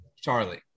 Charlie